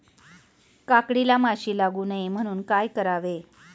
काकडीला माशी लागू नये म्हणून काय करावे?